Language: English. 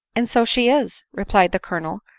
and so she is, replied the colonel,